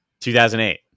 2008